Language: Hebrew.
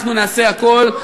אנחנו נעשה הכול,